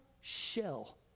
shell